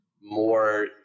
more